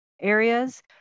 areas